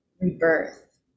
rebirth